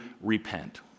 repent